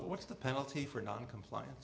what's the penalty for noncomplian